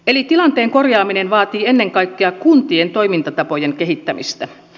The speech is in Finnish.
eli tilanteen korjaaminen vaatii ennen kaikkea kuntien toimintatapojen kehittämistä